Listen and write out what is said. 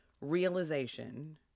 realization